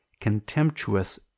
contemptuous